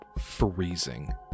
freezing